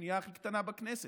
השנייה הכי קטנה בכנסת.